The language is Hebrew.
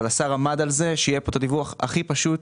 אבל השר עמד על זה שיהיה פה את הדיווח הכי קל ופשוט,